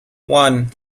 one